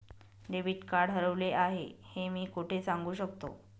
Debit card हरवले आहे हे मी कोठे सांगू शकतो?